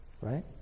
right